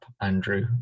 andrew